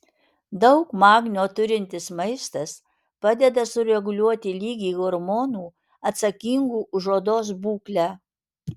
daug magnio turintis maistas padeda sureguliuoti lygį hormonų atsakingų už odos būklę